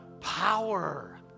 power